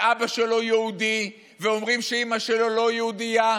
ואבא שלו יהודי ואומרים שאימא שלו לא יהודייה,